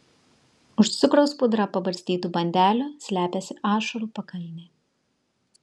už cukraus pudra pabarstytų bandelių slepiasi ašarų pakalnė